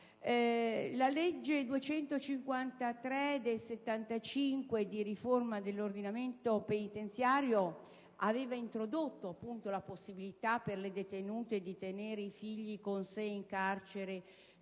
La legge n. 254 del 1975 di riforma dell'ordinamento penitenziario aveva introdotto la possibilità per le detenute di tenere i figli con sé in carcere fino